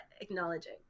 acknowledging